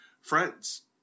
friends